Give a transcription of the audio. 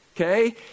okay